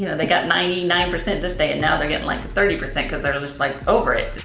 you know they got ninety nine percent this day and now they're getting like thirty percent cause they're just, like, over it.